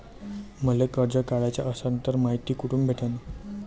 मले कर्ज काढाच असनं तर मायती कुठ भेटनं?